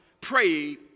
prayed